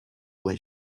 what